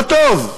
מה טוב.